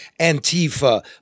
Antifa